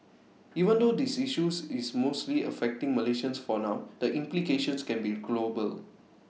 even though this issues is mostly affecting Malaysians for now the implications can be global